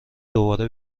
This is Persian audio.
دوباره